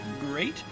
great